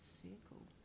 circle